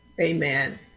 Amen